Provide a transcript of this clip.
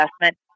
investment